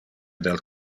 del